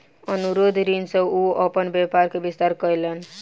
अनुरोध ऋण सॅ ओ अपन व्यापार के विस्तार कयलैन